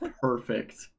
perfect